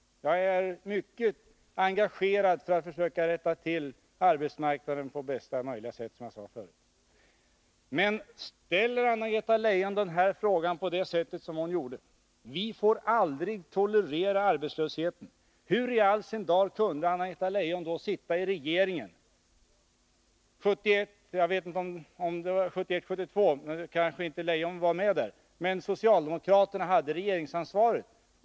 Jag är mycket engagerad för att försöka rätta till arbetsmarknaden på bästa möjliga sätt, som jag sade förut. Men när Anna-Greta Leijon framställer saken på det sättet att vi aldrig får tolerera arbetslösheten, då vill jag erinra om, att även om Anna-Greta Leijon kanske inte tillhörde regeringen då, så hade socialdemokratin regeringsansvaret åren 1971-1972.